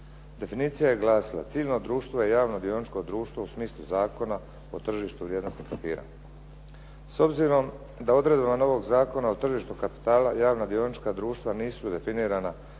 Definicija je glasila ciljno društvo je javno dioničko društvo u smislu Zakona o tržištu vrijednosnih papira. S obzirom da odredbama novog Zakona o tržištu kapitala javna dionička društva nisu definirana,